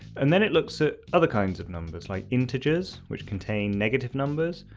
and then it looks at other kinds of numbers like integers, which contain negative numbers,